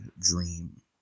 dream